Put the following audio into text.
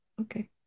okay